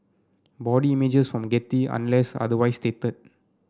body images from Getty unless otherwise stated